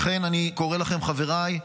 לכן אני קורא לכם, חבריי,